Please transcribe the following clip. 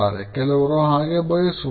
ಕೆಲವರು ಹಾಗೆ ಬಯಸುವುದಿಲ್ಲ